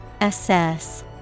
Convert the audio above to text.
Assess